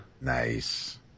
Nice